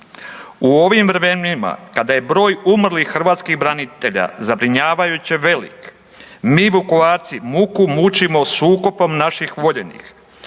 U ovim vremenima kada je broj umrlih hrvatskih branitelja zabrinjavajuće velik mi Vukovarci muku mučimo s ukopom naših voljenih.